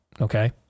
okay